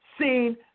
seen